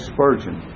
Spurgeon